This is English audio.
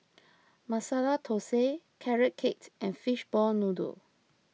Masala Thosai Carrot Cake and Fishball Noodle